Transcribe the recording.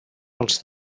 els